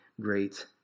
great